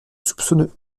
soupçonneux